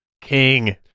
King